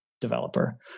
developer